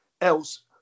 else